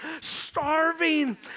starving